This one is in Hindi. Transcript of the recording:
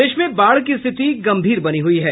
प्रदेश में बाढ़ की रिथति गंभीर बनी हुई है